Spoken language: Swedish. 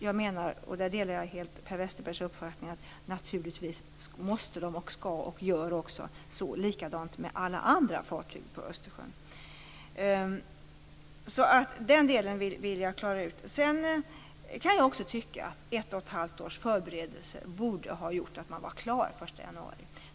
Jag delar helt Per Westerbergs uppfattning att Sjöfartsinspektionen naturligtvis måste göra, och gör också, likadant med alla andra fartyg som trafikerar Östersjön. Den delen vill jag klara ut. Sedan kan också jag tycka att ett och ett halvt års förberedelser borde ha gjort att man var klar den 1 januari.